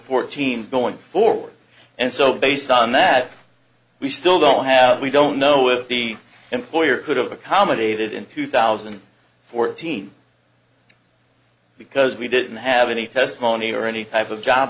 fourteen going forward and so based on that we still don't have we don't know if the employer could have accommodated in two thousand and fourteen because we didn't have any testimony or any type of job